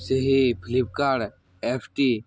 ସେହି ଫ୍ଲିପ୍କାର୍ଟ୍ ଏପ୍ଟି